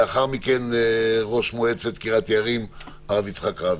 לאחר מכן ראש מועצת קריית יערים, הרב יצחק רביץ.